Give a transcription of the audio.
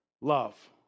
love